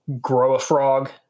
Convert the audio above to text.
grow-a-frog